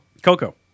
Coco